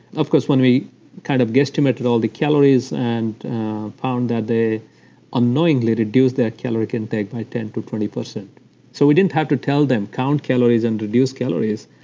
of course, when we kind of guesstimated all the calories and found that they unknowingly reduced their calorie intake by ten to twenty point so we didn't have to tell them count calories and reduce calories.